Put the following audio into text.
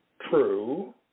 True